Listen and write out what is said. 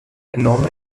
enorme